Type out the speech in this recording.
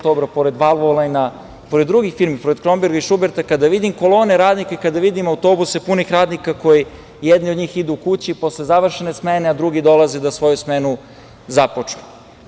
Oktobra“, pored „Valvolajna“, pored drugih firmi, pored „Kromberga“ i „Šuberta“, kada vidim kolone radnika i kada vidim autobuse pune radnika, jedni od njih idu kući posle završene smene, a drugi dolaze da svoju smenu započnu.